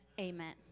amen